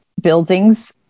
buildings